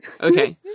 okay